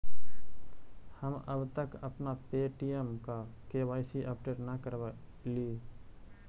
हम अब तक अपना पे.टी.एम का के.वाई.सी अपडेट न करवइली